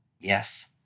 Yes